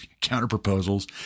counter-proposals